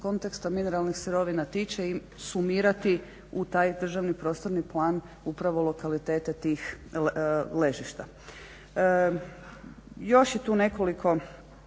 mineralnih sirovina tiče sumirati u taj državni prostorni plan upravo lokalitete tih ležišta. Još je tu nekoliko